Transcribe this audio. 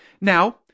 Now